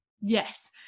Yes